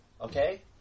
Okay